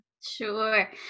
Sure